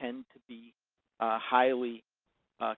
tend to be highly